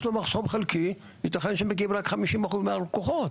יש לו מחסום חלקי, יתכן שמגיעים רק 50% מהלקוחות.